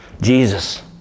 Jesus